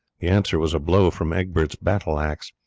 the answer was a blow from egbert's battle-axe.